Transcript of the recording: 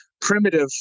primitive